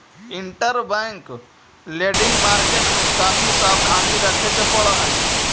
interbank lending market में काफी सावधानी रखे पड़ऽ हई